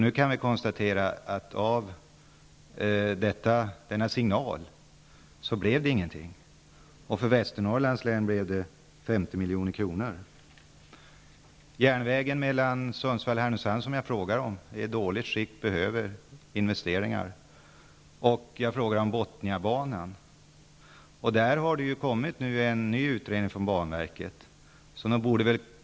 Vi kan nu konstatera, att av denna signal blev det ingenting. Järnvägen mellan Sundsvall och Härnösand, som jag har frågat om, är i dåligt skick och behöver investeringar. Jag frågade också om Bothniabanan, som det har kommit en ny utredning om från banverket.